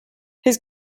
his